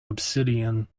obsidian